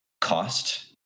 cost